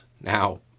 Now